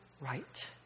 right